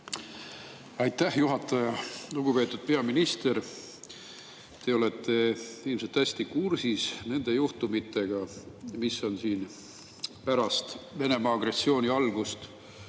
Aitäh, juhataja! Lugupeetud peaminister! Te olete ilmselt hästi kursis nende juhtumitega, mis on siin pärast Venemaa agressiooni algust